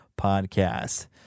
podcast